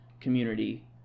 community